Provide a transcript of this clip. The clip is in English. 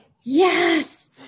yes